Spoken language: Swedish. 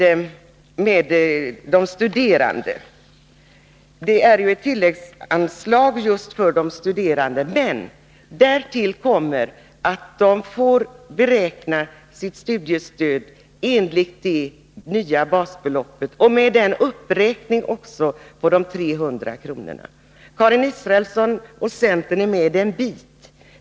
Beträffande studerande finns det ju ett tilläggsanslag, men därtill kommer att de får beräkna sitt studiestöd enligt det nya basbeloppet och med uppräkningen på 300 kr. Karin Israelsson och centern är med en bit.